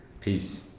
Peace